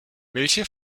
welche